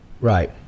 Right